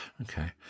Okay